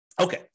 Okay